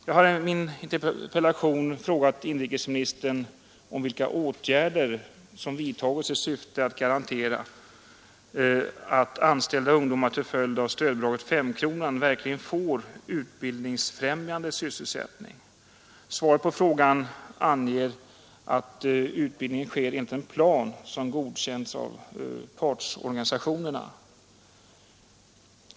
Jag hade i min interpellation frågat inrikesministern vilka åtgärder som vidtagits i syfte att garantera att anställda ungdomar till följd av stödbidraget ”femkronan” verkligen får utbildningsfrämjande sysselsättning. Svaret på frågan anger att utbildningen sker enligt en plan som har godkänts av partsorganisationerna.